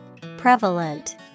Prevalent